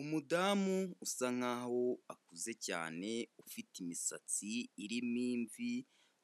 Umudamu usa nkaho akuze cyane, ufite imisatsi irimo imvi,